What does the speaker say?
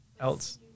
else